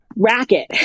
Racket